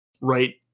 right